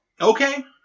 Okay